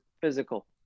physical